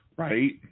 right